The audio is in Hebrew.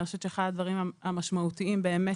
אני חושבת שאחד הדברים המשמעותיים באמת